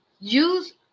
use